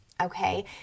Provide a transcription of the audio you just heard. okay